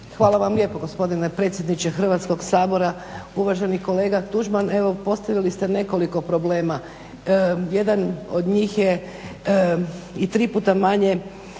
Hvala vam lijepo gospodine predsjedniče Hrvatskog sabora, uvaženi kolega Tuđman. Evo postavili ste nekoliko problema. Jedan od njih je i tri puta manje